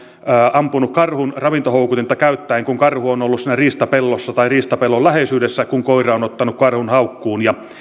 ampunut karhun ravintohoukutinta käyttäen kun karhu on ollut siinä riistapellossa tai riistapellon läheisyydessä kun koira on ottanut karhuun haukkuun